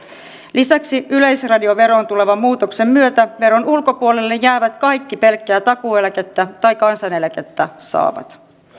lisäksi yleisradioveroon tulevan muutoksen myötä veron ulkopuolelle jäävät kaikki pelkkää takuueläkettä tai kansaneläkettä saavat